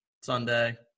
Sunday